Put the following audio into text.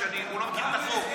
הוא לא מכיר את החוק.